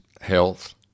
health